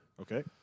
Okay